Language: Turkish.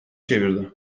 çevirdi